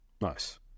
Nice